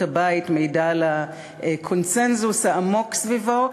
הבית מעידה על הקונסנזוס העמוק סביבו.